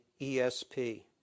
ESP